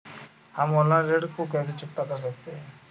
हम ऑनलाइन ऋण को कैसे चुकता कर सकते हैं?